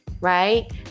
right